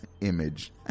image